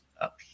up